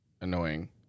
annoying